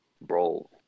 bro